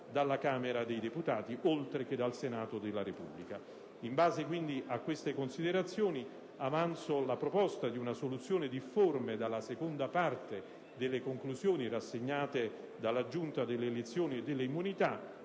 dalla Camera dei deputati, oltre che dal Senato della Repubblica. In base, quindi, a queste considerazioni, avanzo la proposta di una soluzione difforme dalla seconda parte delle conclusioni rassegnate dalla Giunta delle elezioni e delle immunità